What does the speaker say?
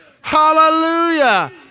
Hallelujah